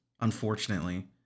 unfortunately